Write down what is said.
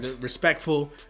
Respectful